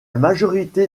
majorité